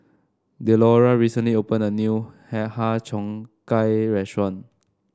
Delora recently opened a new Har Cheong Gai restaurant